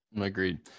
Agreed